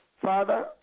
Father